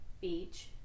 beach